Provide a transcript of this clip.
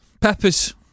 peppers